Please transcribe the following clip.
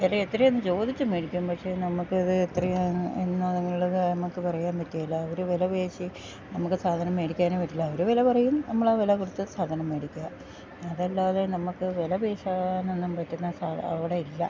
വില എത്രയാന്ന് ചോദിച്ച് മേടിക്കും പക്ഷേ നമുക്ക് ഇത് എത്രയാന്ന് എന്നാന്നന്ന്ള്ള കാർണൊക്ക പറയാൻ പറ്റ്കേല അവർ വില പേശി നമുക്ക് സാധനം മേടിക്കാനേ പറ്റില്ല അവർ വെല പറയും നമ്മളാ വെല കൊട്ത്ത് സാധനം മേടിക്കാ അതല്ലാതെ നമക്ക് വെല പേശാനൊന്നും പറ്റ്ന്ന അവ്ടെയില്ല